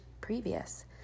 previous